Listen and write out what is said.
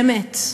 באמת,